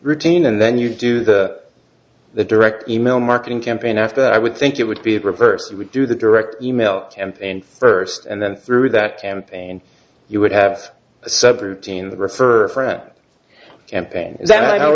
routine and then you do the the direct email marketing campaign after that i would think it would be the reverse it would do the direct email attempt and first and then through that campaign you would have a sub routine the refer a friend campaign that i